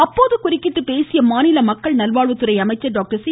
அப்போது குறுக்கிட்டு பேசிய மாநில மக்கள் நல்வாழ்வுத்துறை அமைச்சர் டாக்டர்சி